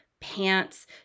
pants